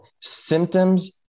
symptoms